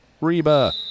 Reba